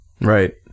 Right